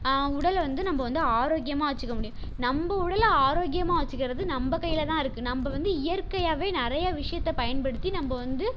உடலை வந்து நம்ம வந்து ஆரோக்கியமாக வச்சிக்க முடியும் நம்ம உடலை ஆரோக்கியமாக வெச்சுக்கறது நம்ம கையில் தான் இருக்குது நம்ம வந்து இயற்கையாகவே நிறைய விஷயத்தை பயன்படுத்தி நம்ம வந்து